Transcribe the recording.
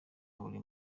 buri